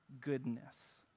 goodness